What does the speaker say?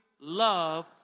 Love